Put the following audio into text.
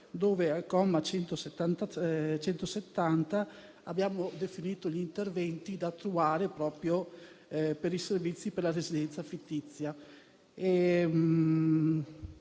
dove, al comma 170, abbiamo definito gli interventi da attuare proprio per i servizi per la residenza fittizia,